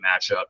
matchup